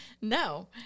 No